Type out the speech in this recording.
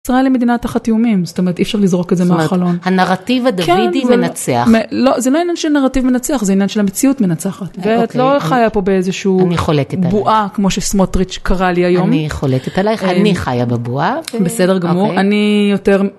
ישראל היא מדינה תחת איומים זאת אומרת אי אפשר לזרוק את זה מהחלון. הנרטיב ה"דוד"י מנצח. זה לא עניין של נרטיב מנצח זה עניין של המציאות מנצחת, ואת לא חיה פה באיזשהו בועה כמו שסמוטריץ' קרא לי היום. אני חולקת עלייך אני חיה בבועה. בסדר גמור אני יותר.